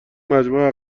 مجموعه